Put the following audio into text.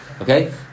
Okay